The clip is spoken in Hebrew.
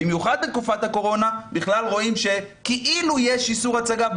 במיוחד בתקופת הקורונה בכלל רואים שכאילו יש איסור הצגה,